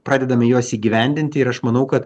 pradedame juos įgyvendinti ir aš manau kad